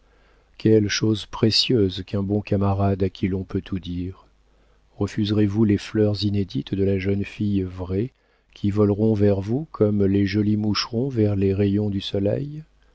quelle chose précieuse qu'un bon camarade à qui l'on peut tout dire refuserez-vous les fleurs inédites de la jeune fille vraie qui voleront vers vous comme les jolis moucherons vers les rayons du soleil